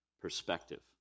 Perspective